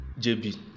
JB